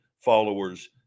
followers